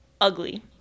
ugly